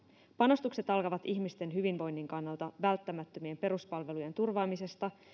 panostukset alkavat ihmisten hyvinvoinnin kannalta välttämättömien peruspalvelujen turvaamisesta